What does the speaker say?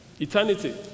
eternity